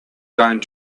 going